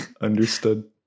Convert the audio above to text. Understood